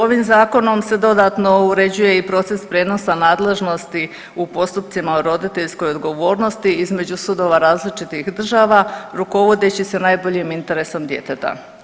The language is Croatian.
Ovim Zakonom se dodatno uređuje i proces prijenosa nadležnosti u postupcima o roditeljskoj odgovornosti između sudova različitih država, rukovodeći se najboljim interesom djeteta.